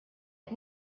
qed